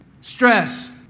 Stress